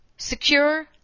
secure